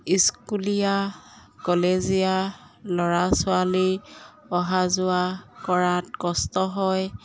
স্কুলীয়া কলেজীয়া ল'ৰা ছোৱালী অহা যোৱা কৰাত কষ্ট হয়